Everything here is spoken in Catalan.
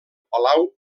palau